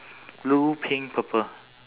blue pink purple